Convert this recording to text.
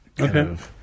okay